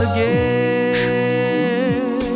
Again